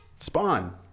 Spawn